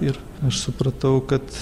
ir aš supratau kad